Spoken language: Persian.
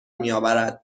میآورد